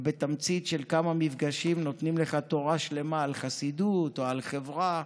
ובתמצית של כמה מפגשים נותנים לך תורה שלמה על חסידות או על חברה,